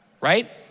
right